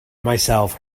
myself